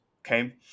okay